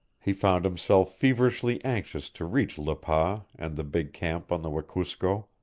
he found himself feverishly anxious to reach le pas and the big camp on the wekusko.